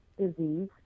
Disease